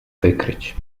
wykryć